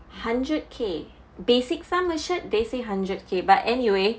hundred K basic sum matured basic hundred K but anyway